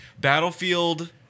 Battlefield